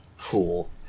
Cool